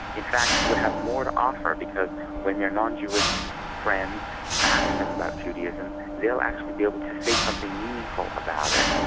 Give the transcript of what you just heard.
in fact would have more to offer because when their non-jewish friends ask them about judaism they'll actually be able to say something meaningful about it.